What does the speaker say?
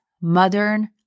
modern